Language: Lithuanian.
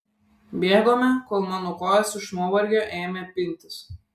bėgome kol mano kojos iš nuovargio ėmė pintis